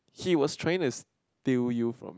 he was trying to steal you from me